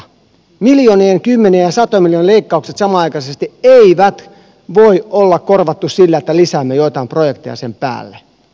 miljoonien kymmenien ja satojen miljoonien leikkauksia samanaikaisesti ei voi korvata sillä että lisäämme joitain projekteja sen päälle